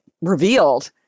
revealed